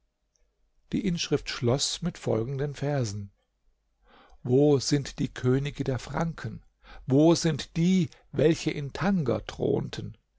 die inschrift schloß mit folgenden versen wo sind die könige der franken wo sind die welche in tanger thronten